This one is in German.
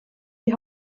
die